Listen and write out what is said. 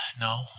No